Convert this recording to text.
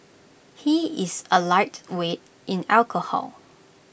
he is A lightweight in alcohol